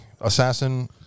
assassin